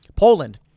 Poland